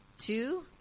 Two